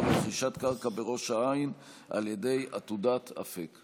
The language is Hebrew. לרכישת קרקע בראש העין על ידי עתודת אפק,